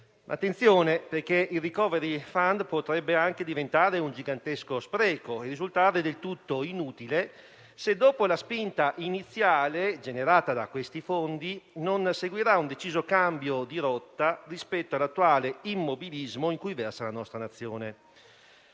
attenzione perché il *recovery fund* potrebbe anche diventare un gigantesco spreco e risultare del tutto inutile se dopo la spinta iniziale generata da questi fondi non seguirà un deciso cambio di rotta rispetto all'attuale immobilismo in cui versa la nostra Nazione.